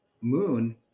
moon